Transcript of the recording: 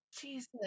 Jesus